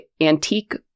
antique